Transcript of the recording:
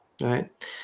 right